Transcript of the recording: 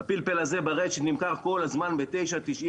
הפלפל הזה ברשת נמכר כל הזמן ב-9.90,